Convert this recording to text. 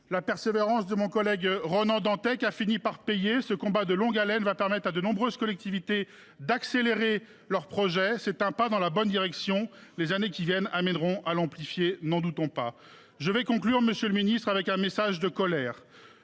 la persévérance de mon collègue Ronan Dantec a fini par payer. Ce combat de longue haleine permettra à de nombreuses collectivités d’accélérer leurs projets. C’est un pas dans la bonne direction. Ne doutons pas que les prochaines années amèneront à amplifier le mouvement. Je vais conclure, monsieur le ministre, par un message de colère,